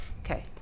Okay